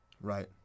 Right